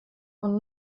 und